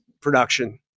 production